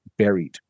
buried